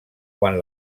quan